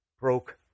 broke